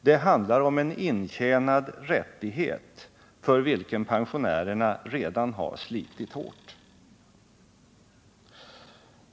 Det handlar om en intjänad rättighet för vilken pensionärerna redan slitit hårt.